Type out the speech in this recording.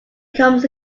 comes